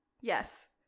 Yes